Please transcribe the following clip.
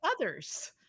others